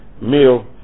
meal